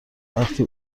وقتی